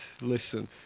listen